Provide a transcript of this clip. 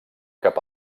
cap